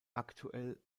aktuell